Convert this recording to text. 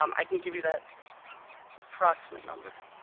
um i can give you that approximate number.